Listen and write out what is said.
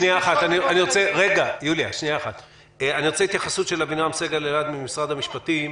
אני רוצה לשמוע התייחסות של אבינעם סגל-אלעד ממשרד המשפטים,